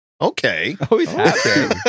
okay